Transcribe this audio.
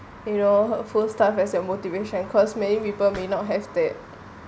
you know her full stuff as your motivation cause many people may not has that